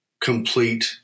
complete